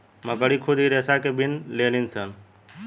मकड़ी खुद इ रेसा के बिन लेलीसन